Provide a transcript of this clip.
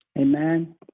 Amen